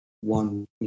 one